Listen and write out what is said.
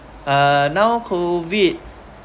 uh now COVID